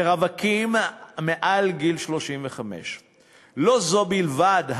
ורווקים מעל גיל 35. לא זו בלבד,